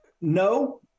No